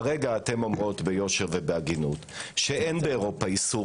כרגע אתן אומרות ביושר ובהגינות שאין באירופה איסור